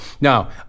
Now